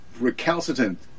recalcitrant